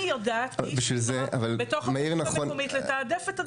אני יודעת בתוך הרשות המקומית לתעדף את הדברים.